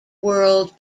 world